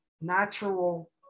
natural